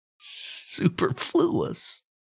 superfluous